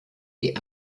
die